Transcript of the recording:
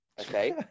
okay